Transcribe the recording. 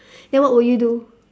then what will you do